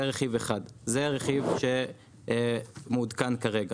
זה רכיב אחד, זה הרכיב שמעודכן כרגע.